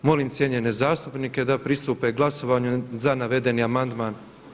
Molim cijenjenje zastupnike da pristupe glasovanju za navedeni amandman.